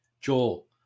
Joel